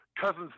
cousins